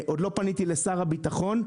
עוד לא פניתי לשר הבטחון.